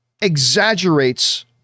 Exaggerates